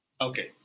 Okay